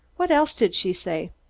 what else did she say?